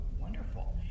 wonderful